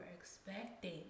expecting